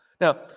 Now